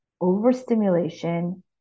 overstimulation